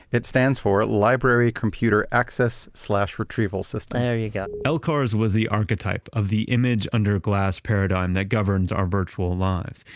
it stands for library computer access retrieval system. there you go lcars was the archetype of the image under glass paradigm that governs our virtual lives.